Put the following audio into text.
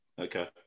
Okay